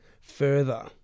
further